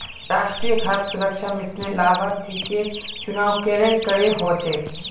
राष्ट्रीय खाद्य सुरक्षा मिशनेर लाभार्थिकेर चुनाव केरन करें हो छेक